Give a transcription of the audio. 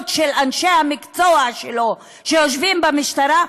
של אנשי המקצוע שלו שיושבים במשטרה,